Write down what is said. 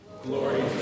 Glory